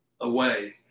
away